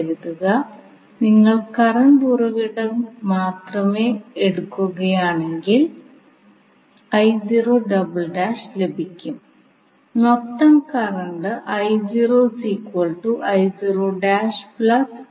ആദ്യം നമ്മൾ സർക്യൂട്ടിനെ ഫേസർ അല്ലെങ്കിൽ ഫ്രീക്വൻസി ഡൊമെയ്നിലേക്ക് പരിവർത്തനം ചെയ്യും